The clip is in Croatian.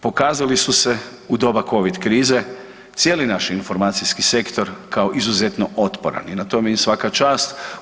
Pokazali su se u doba Covid krize cijeli naš informacijski sektor kao izuzetno otporan i tome im svaka čast.